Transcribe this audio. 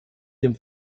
dem